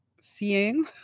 seeing